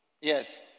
Yes